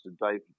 David